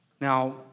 Now